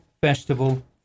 Festival